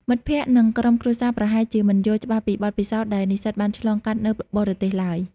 មិត្តភក្តិ និងក្រុមគ្រួសារប្រហែលជាមិនយល់ច្បាស់ពីបទពិសោធន៍ដែលនិស្សិតបានឆ្លងកាត់នៅបរទេសឡើយ។